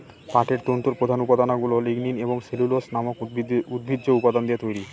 পাটের তন্তুর প্রধান উপাদানগুলা লিগনিন এবং সেলুলোজ নামক উদ্ভিজ্জ উপাদান দিয়ে তৈরি